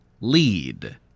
lead